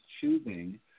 choosing